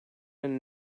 and